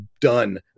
Done